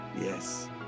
Yes